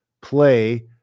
play